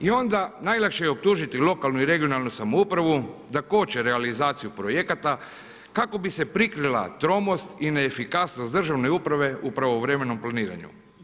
I onda najlakše je optužiti lokalnu i regionalnu samoupravu da koče realizaciju projekata, kako bi se prikrila tromost i neefikasnost državne uprave u pravovremenom planiranju.